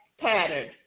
pattern